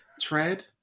Tread